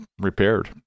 repaired